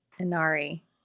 Inari